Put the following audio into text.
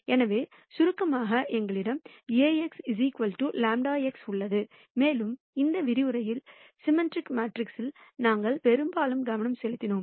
எனவே சுருக்கமாக எங்களிடம் Ax λ x உள்ளது மேலும் இந்த விரிவுரையில் சிம்மெட்ரிக் மேட்ரிக்ஸ்க்ஸில் நாங்கள் பெரும்பாலும் கவனம் செலுத்தினோம்